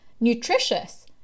nutritious